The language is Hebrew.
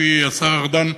לפי השר ארדן.